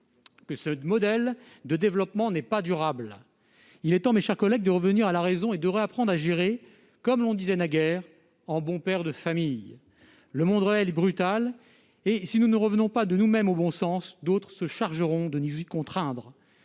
que ce modèle de développement ne l'est pas. Il est temps, mes chers collègues, de revenir à la raison et de réapprendre à gérer, comme l'on disait naguère, « en bon père de famille ». Le monde réel est brutal. Si nous ne revenons pas au bon sens, d'autres nous y contraindront.